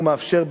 הוא מאפשר,